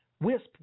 Wisp